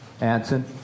Anson